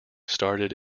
started